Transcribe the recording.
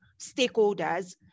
stakeholders